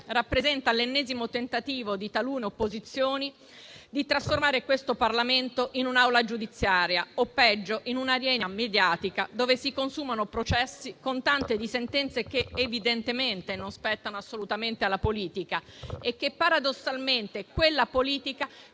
rappresenta l'ennesimo tentativo di talune opposizioni di trasformare il Parlamento in un'aula giudiziaria o, peggio, in un'arena mediatica dove si consumano processi con tanto di sentenze, che evidentemente non spettano assolutamente alla politica; paradossalmente quella politica,